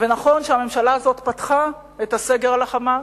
ונכון שהממשלה הזאת פתחה את הסגר על ה"חמאס".